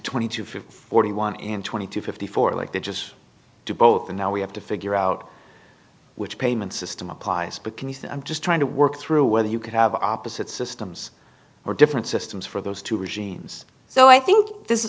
twenty to forty one and twenty to fifty four like they just do both and now we have to figure out which payment system applies but can you say i'm just trying to work through whether you can have opposite systems or different systems for those two regimes so i think this